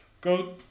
go